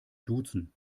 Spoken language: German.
duzen